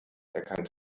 erkannt